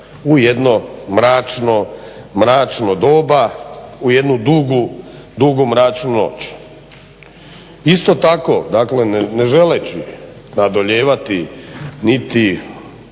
mračno, mračno doba u jednu dugu mračnu noć. Isto tako, dakle ne želeći nadolijevati niti